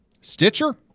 Stitcher